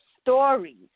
stories